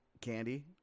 candy